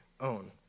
own